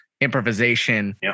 improvisation